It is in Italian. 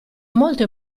molto